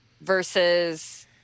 versus